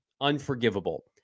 unforgivable